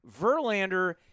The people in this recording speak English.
Verlander